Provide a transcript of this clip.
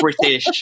British